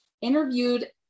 interviewed